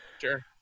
sure